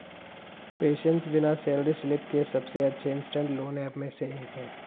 PaySense बिना salary slip के सबसे अच्छे इंस्टेंट लोन ऐप में से एक है